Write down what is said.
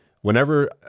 whenever